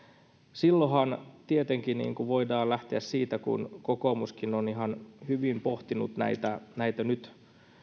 silloinhan tietenkin voidaan lähteä siitä kun kokoomuskin on ihan hyvin pohtinut näitä näitä